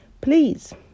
please